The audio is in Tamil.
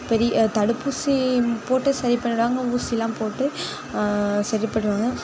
பெரி தடுப்பூசி போட்டு சரி பண்ணிவிடுவாங்க ஊசிலாம் போட்டு சரி பண்ணுவாங்க